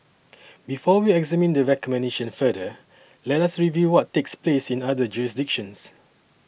before we examine the recommendation further let us review what takes place in other jurisdictions